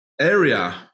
area